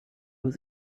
was